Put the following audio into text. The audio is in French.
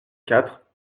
quatre